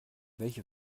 welche